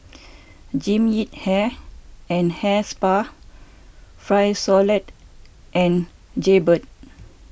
Jean Yip Hair and Hair Spa Frisolac and Jaybird